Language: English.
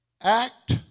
Act